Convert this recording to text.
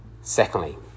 Secondly